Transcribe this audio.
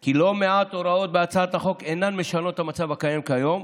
כי לא מעט הוראות בהצעת חוק אינן משנות את המצב הקיים כיום,